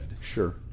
Sure